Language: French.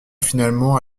finalement